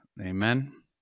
Amen